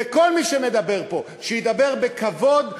וכל מי שמדבר פה, שידבר בכבוד לכולם,